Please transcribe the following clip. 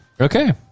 Okay